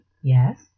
yes